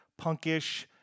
punkish